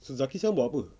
so zaki sekarang buat apa